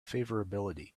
favorability